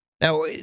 Now